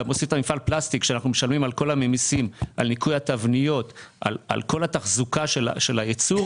על ניקוי התבניות ועל כל התחזוקה של הייצור